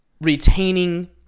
retaining